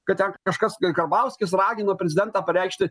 kad ten kažkas karbauskis ragino prezidentą pareikšti